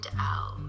out